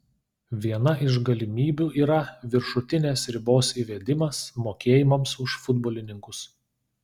viena iš galimybių yra viršutinės ribos įvedimas mokėjimams už futbolininkus